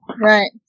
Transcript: Right